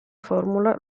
formula